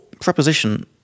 Preposition